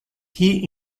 qui